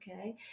Okay